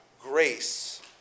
Grace